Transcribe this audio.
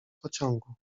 pociągu